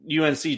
UNC